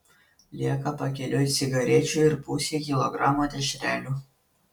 lieka pakeliui cigarečių ir pusei kilogramo dešrelių